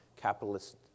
capitalist